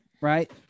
right